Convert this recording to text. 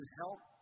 help